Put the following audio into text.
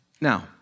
Now